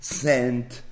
sent